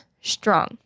strong